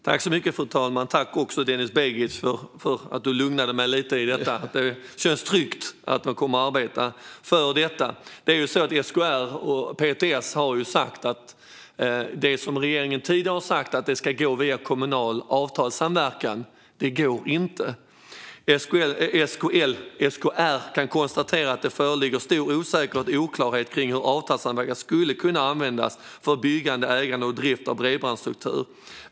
Fru talman! Tack för att du lugnade mig lite, Denis Begic! Det känns tryggt att du kommer att arbeta för detta. Det är ju så att SKR och PTS har sagt att det regeringen tidigare har sagt, nämligen att detta ska gå via kommunal avtalssamverkan, inte går. SKR kan konstatera att det föreligger stor osäkerhet och oklarhet gällande hur avtalssamverkan skulle kunna användas för byggande, ägande och drift av bredbandsstruktur.